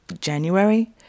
January